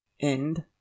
End